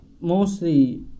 mostly